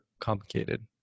complicated